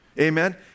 Amen